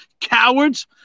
Cowards